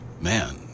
Man